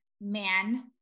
man